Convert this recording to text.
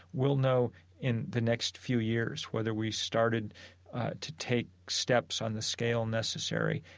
we'll know in the next few years whether we started to take steps on the scale necessary.